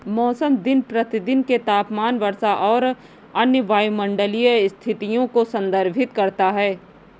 मौसम दिन प्रतिदिन के तापमान, वर्षा और अन्य वायुमंडलीय स्थितियों को संदर्भित करता है